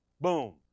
Boom